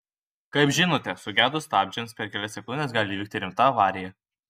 kaip žinote sugedus stabdžiams per kelias sekundes gali įvykti rimta avarija